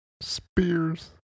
spears